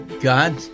God